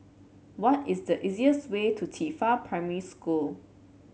what is the easiest way to Qifa Primary School